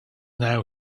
now